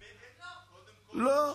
לא.